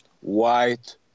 white